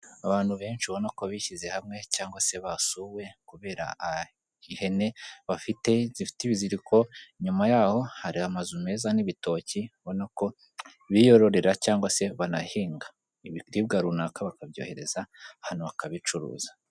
Abantu benshi babona ko bishyize hamwe, cyangwa se basuwe kubera ihene bafite zifite ibiziriko nyuma yaho hari amazu meza n'ibitoki, ubona ko biyororera cyangwa se banahinga ibiribwa runaka bakabyohereza hano bakabicuruza.